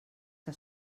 que